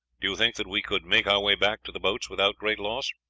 do you think that we could make our way back to the boats without great loss?